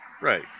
Right